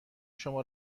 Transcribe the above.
شما